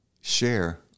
share